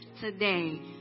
today